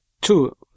Two